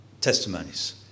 testimonies